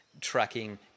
tracking